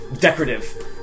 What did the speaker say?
decorative